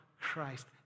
Christ